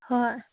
ꯍꯣꯏ